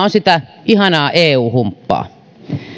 on sitä ihanaa eu humppaa